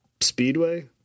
speedway